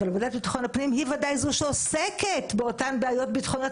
ועדת ביטחון הפנים היא ודאי זו שעוסקת באותן בעיות ביטחוניות.